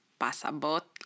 pasabot